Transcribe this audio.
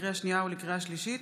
לקריאה שנייה ולקריאה שלישית: